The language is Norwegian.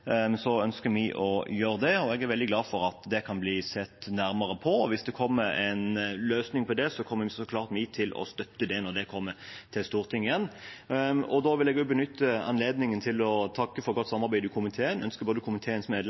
ønsker vi å gjøre det, og jeg er veldig glad for at det kan bli sett nærmere på. Hvis det kommer en løsning på det, kommer vi så klart til å støtte det når det kommer til Stortinget igjen. Jeg vil også benytte anledningen til å takke for et godt samarbeid i komiteen og ønske både komiteens